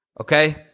Okay